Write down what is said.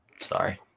Sorry